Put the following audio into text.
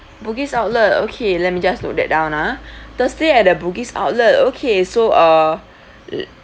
bugis outlet okay let me just note that down ah thursday at the bugis outlet okay so uh le~